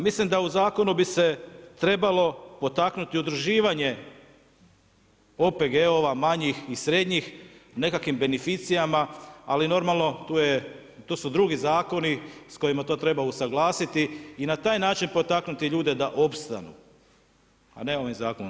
Mislim da u zakonu bi se trebalo potaknuti udruživanje OPG-ova manjih i srednjih nekakvih beneficijama, ali normalno tu su drugi zakoni s kojima to treba usuglasiti, i na taj način potaknuti ljude da opstanu, a ne ovim zakonom samo.